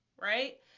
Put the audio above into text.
right